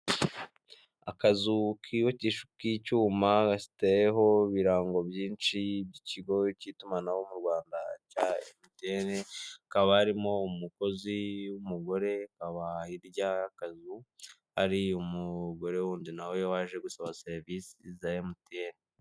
Akazu kubaki k'icyuma gafiteho ibirango byinshi by'ikigo cy'itumanaho mu Rwanda cya emutiyene, kaba harimo umukozi w'umugore akaba hirya hari akazu hari umugore wundi nawe waje gusaba serivisi za emutiyene.